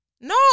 No